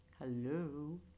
Hello